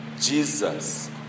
Jesus